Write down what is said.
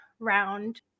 round